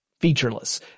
featureless